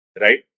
right